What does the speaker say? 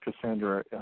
Cassandra